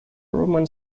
roman